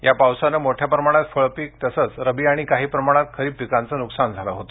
या पावसाने मोठया प्रमाणात फळ पिक तसेच रब्बी आणि काही प्रमाणात खरीप पिकांचे नुकसान झाले होते